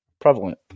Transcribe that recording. prevalent